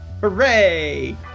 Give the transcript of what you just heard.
hooray